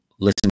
Listen